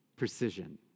Precision